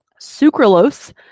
Sucralose